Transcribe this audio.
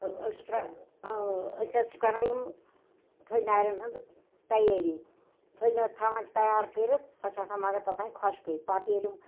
تہٕ أسۍ چھِ ترٛ أسۍ حظ چھِ کَران یِم تھٔج نارٮ۪ن ہُنٛد تیٲری تھٔج نٲر تھَوان چھِ تیار کٔرِتھ سۄ چھِ آسان مگر توٚتانۍ خۄشِکٕے پَتہٕ ییٚلہِ